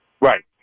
Right